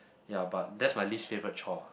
ya but that's my least favourite chore ah